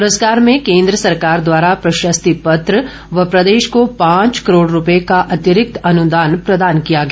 पुरस्कार में केन्द्र सरकार द्वारा प्रशस्ति पत्र व प्रदेश को पांच करोड़ रुपये का अतिरिक्त अनुदान प्रदान किया गया